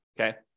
okay